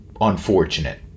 unfortunate